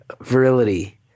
virility